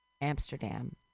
Amsterdam